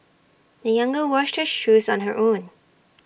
the young girl washed her shoes on her own